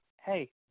Hey